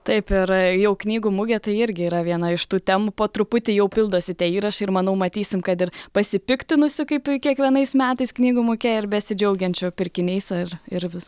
taip ir jau knygų mugė tai irgi yra viena iš tų temų po truputį jau pildosi tie įrašai ir manau matysim kad ir pasipiktinusių kaip kiekvienais metais knygų muge ir besidžiaugiančių pirkiniais ar ir vis